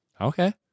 Okay